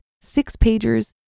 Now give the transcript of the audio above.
six-pagers